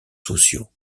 sociaux